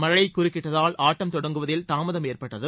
மழை குறுக்கிட்டதால் ஆட்டம் தொடங்குவதில் தாமதம் ஏற்பட்டது